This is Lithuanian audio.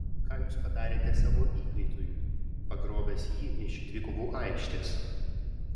ką jūs padarėte savo įkaitui pagrobęs jį iš dvikovų aikštės